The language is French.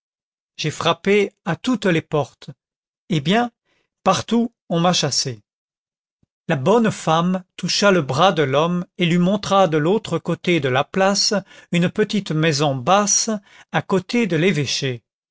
j'ai frappé à toutes les portes eh bien partout on m'a chassé la bonne femme toucha le bras de l'homme et lui montra de l'autre côté de la place une petite maison basse à côté de l'évêché